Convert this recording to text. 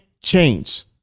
change